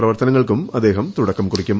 പ്രവർത്തനങ്ങൾക്കും അദ്ദേഹം തുടക്കം കുറിക്കും